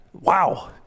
Wow